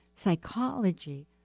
psychology